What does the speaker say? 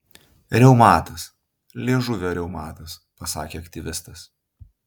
reumatas liežuvio reumatas pasakė aktyvistas